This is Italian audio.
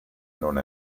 non